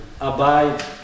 abide